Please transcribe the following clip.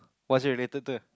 what's it related to